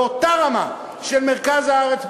באותה רמה של מרכז הארץ,